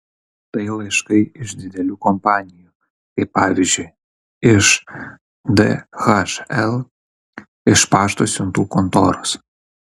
tai laiškai iš didelių kompanijų kaip pavyzdžiui iš dhl iš pašto siuntų kontoros